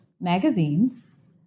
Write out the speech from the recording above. magazines